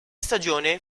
stagione